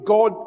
God